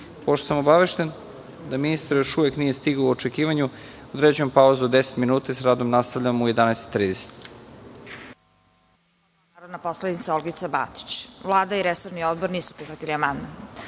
sam obavešten da ministar još uvek nije stigao, određujem pauzu od 10 minuta i sa radom nastavljamo u 11,30